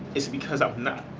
it's because i'm not.